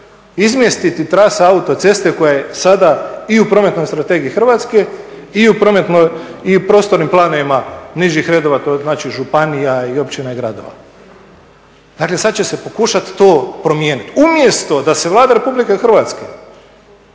izmjestiti trasa autoceste koja je sada i u Prometnoj strategiji Hrvatske i u prostornim planovima nižih redova, znači županije, općina i gradova. Dakle sad će se pokušat to promijenit, umjesto da se Vlada Republike Hrvatske